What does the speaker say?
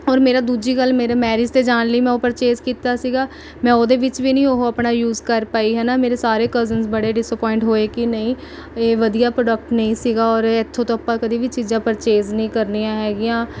ਔਰ ਮੇਰਾ ਦੂਜੀ ਗੱਲ ਮੇਰਾ ਮੈਰਿਜ 'ਤੇ ਜਾਣ ਲਈ ਮੈਂ ਉਹ ਪਰਚੇਜ਼ ਕੀਤਾ ਸੀਗਾ ਮੈਂ ਉਹਦੇ ਵਿੱਚ ਵੀ ਨਹੀਂ ਉਹ ਆਪਣਾ ਯੂਜ਼ ਕਰ ਪਾਈ ਹੈ ਨਾ ਮੇਰੇ ਸਾਰੇ ਕਜ਼ਨਸ ਬੜੇ ਡਿਸਅਪੁਆਇੰਟ ਹੋਏ ਕਿ ਨਹੀਂ ਇਹ ਵਧੀਆ ਪ੍ਰੋਡਕਟ ਨਹੀਂ ਸੀਗਾ ਔਰ ਇੱਥੋਂ ਤੋਂ ਆਪਾਂ ਕਦੇ ਵੀ ਚੀਜ਼ਾਂ ਪਰਚੇਜ਼ ਨਹੀਂ ਕਰਨੀਆਂ ਹੈਗੀਆਂ